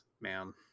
man